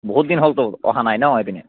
বহুতদিন হ'লতো অহা নাই এইপিনে